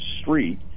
street